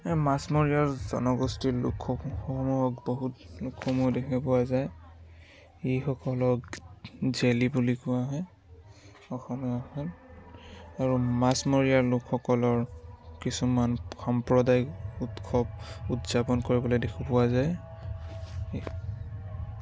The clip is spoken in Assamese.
এই মাছমৰীয়া জনগোষ্ঠীৰ লোকসকল বহু সময়ত দেখা পোৱা যায় এই সকলক জেলী বুলি কোৱা হয় অসমীয়া ভাষাত আৰু মাছমৰীয়া লোকসকলৰ কিছুমান সম্প্ৰদায়িক উৎসৱ উদযাপন কৰিবলৈ দেখা পোৱা যায়